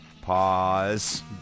Pause